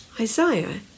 Isaiah